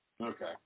Okay